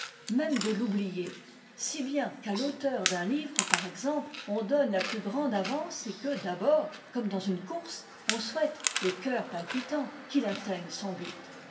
même de l'oublier si bien qu'à l'auteur d'un livre par exemple on donne la plus grande avance et que d'abord comme dans une course on souhaite le cœur palpitant qu'il atteigne son but